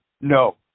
No